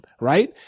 right